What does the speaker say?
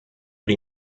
die